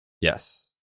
Yes